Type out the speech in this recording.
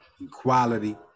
equality